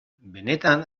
benetan